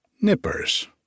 Nippers